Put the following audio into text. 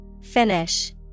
Finish